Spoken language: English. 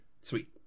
Sweet